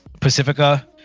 Pacifica